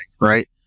Right